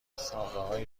ساقههای